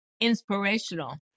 inspirational